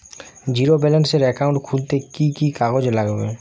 Zero ব্যালেন্সের account খুলতে কি কি কাগজ লাগবে?